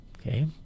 okay